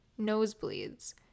Nosebleeds